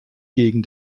gegen